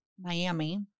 Miami